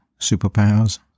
superpowers